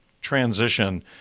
transition